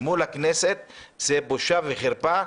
מול הכנסת זו בושה וחרפה,